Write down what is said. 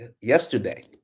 yesterday